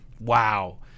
Wow